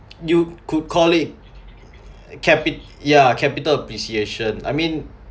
you could call it capi~ yeah capital appreciation I mean